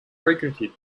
frequented